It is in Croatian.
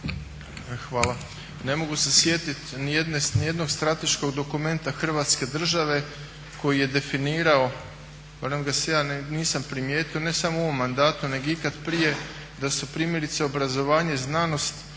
Hvala. Ne mogu se sjetiti nijednog strateškog dokumenta Hrvatske države koji je definirao, barem ga ja nisam primijetio ne samo u ovom mandatu nego ikad prije, da su primjerice obrazovanje, znanost,